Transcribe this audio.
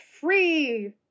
free